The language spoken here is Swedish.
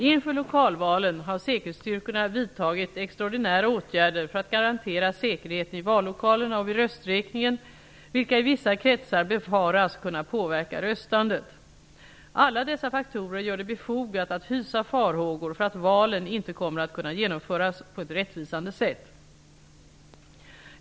Inför lokalvalen har säkerhetsstyrkorna vidtagit extraordinära åtgärder för att garantera säkerheten i vallokalerna och vid rösträkningen, vilka i vissa kretsar befaras kunna påverka röstandet. Alla dessa faktorer gör det befogat att hysa farhågor för att valen inte kommer att kunna genomföras på ett rättvisande sätt.